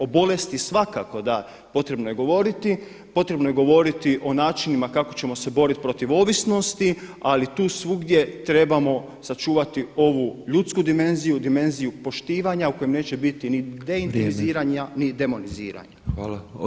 O bolesti svakako da potrebno je govoriti, potrebno je govoriti o načinima kako ćemo se boriti protiv ovisnosti ali tu svugdje trebamo sačuvati ovu ljudsku dimenziju, dimenziju poštivanja u kojem neće biti ni deintimiziranja ni demoniziranja.